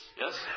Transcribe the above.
Yes